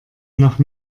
noch